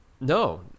No